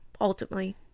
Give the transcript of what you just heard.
ultimately